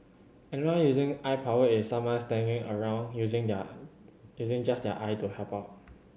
anyone using eye power is someone standing around using their using just their eye to help out